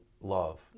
love